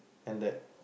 and that